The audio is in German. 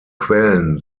quellen